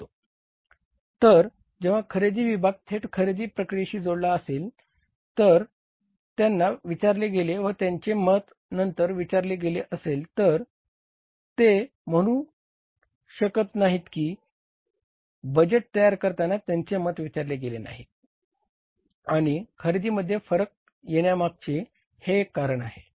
तर जेव्हा खरेदी विभाग थेट खरेदी प्रक्रियेशी जोडलेला असेल जर त्यांना विचारले गेले व त्यांचे मत नंतर विचारले गेले असेल तर ते म्हणून शकत नाहीत की बजेट तयार करताना त्यांचे मत विचारले गेले नाहीत आणि खरेदीमध्ये फरक येण्यामागचे हे एक कारण आहे